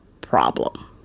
problem